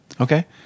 okay